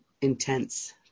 intense